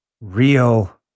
real